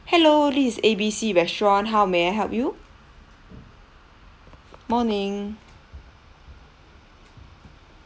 hello this is A_B_C restaurant how may I help you morning